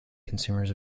consumers